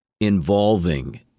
involving